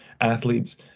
Athletes